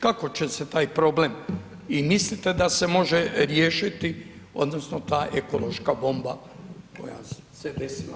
Kako će se taj problem i mislite da se može riješiti odnosno ta ekološka bomba koja se desila